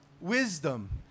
Wisdom